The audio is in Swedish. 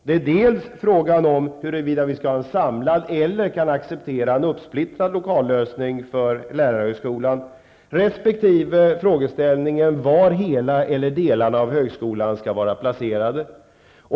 Det gäller dels frågan om huruvida vi skall ha en samlad lösning eller kan acceptera en uppsplittrad lokallösning för lärarhögskolan, dels frågan om var hela eller delar av lärarhögskolan skall vara placerade.